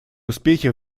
успехи